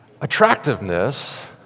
Attractiveness